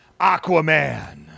Aquaman